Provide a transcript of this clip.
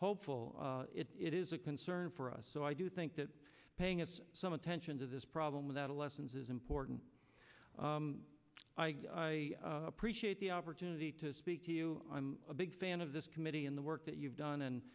hopeful it is a concern for us so i do think the paying of some attention to this problem with the lessons is important appreciate the opportunity to speak to you i'm a big fan of this committee in the work that you've done and